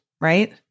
right